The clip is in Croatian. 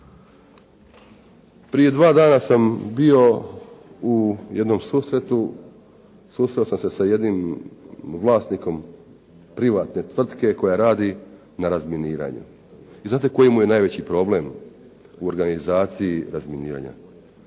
Prije dva dana sam bio u jednom susretu. Susreo sam se sa jednim vlasnikom privatne tvrtke koja radi na razminiranju. I znate koji mu je najveći problem u organizaciji razminiranja?